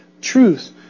truth